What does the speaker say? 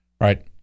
right